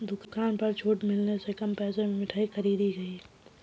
दुकान पर छूट मिलने से कम पैसे में मिठाई खरीदी गई